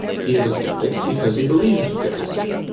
he is a skeptic because he believes in skepticism.